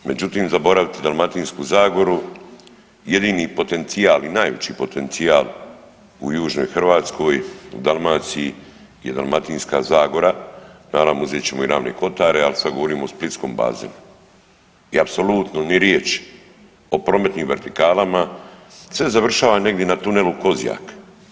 Međutim, zaboraviti Dalmatinsku zagoru, jedini potencijal i najveći potencijal u južnoj Hrvatskoj, u Dalmaciji je Dalmatinska zagora, naravno, uzet ćemo i Ravne kotare, ali sad govorimo o splitskom bazenu i apsolutno ni riječi o prometnim vertikalama, sve završava negdje na tunelu Kozjak.